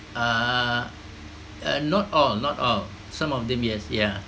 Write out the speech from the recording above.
err uh not all not all some of them yes yeah